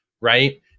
Right